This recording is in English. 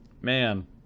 Man